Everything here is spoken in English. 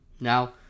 Now